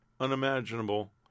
Unimaginable